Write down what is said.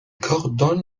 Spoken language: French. coordonne